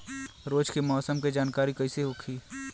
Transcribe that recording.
रोज के मौसम के जानकारी कइसे होखि?